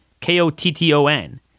K-O-T-T-O-N